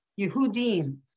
Yehudim